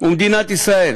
ומדינת ישראל,